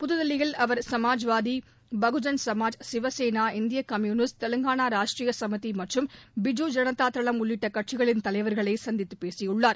புதுதில்லியில் நேற்று அவர் சமாஜ்வாதி பகுஜன்சமாஜ் சிவசேனா இந்திய கம்யூனிஸ்ட் தெலங்கானா ராஷ்ட்ரீய சமிதி மற்றும் பிஜு ஜனதா தளம் உள்ளிட்ட கட்சிகளின் தலைவர்களை சந்தித்துப் பேசியுள்ளார்